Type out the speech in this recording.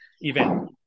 event